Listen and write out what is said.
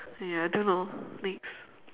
ya I don't know next